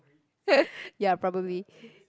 ya probably